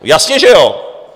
Jasně že jo!